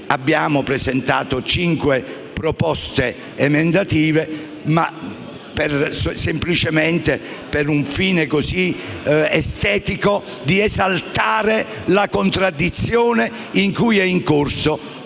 abbiamo presentato cinque proposte emendative semplicemente per un fine estetico, per esaltare la contraddizione in cui è incorsa